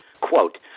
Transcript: quote